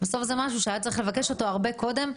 בסוף זה משהו שהיה צריך לבקש אותו הרבה קודם.